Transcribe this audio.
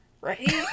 Right